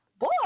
Boy